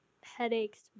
headaches